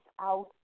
out